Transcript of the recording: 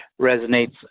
resonates